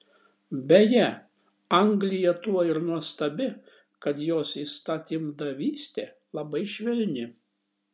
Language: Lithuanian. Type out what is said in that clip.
beje anglija tuo ir nuostabi kad jos įstatymdavystė labai švelni